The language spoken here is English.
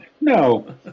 No